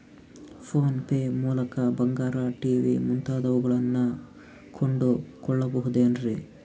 Phone pay ಮೂಲಕ ಬಂಗಾರ, TV ಮುಂತಾದವುಗಳನ್ನ ಕೊಂಡು ಕೊಳ್ಳಬಹುದೇನ್ರಿ?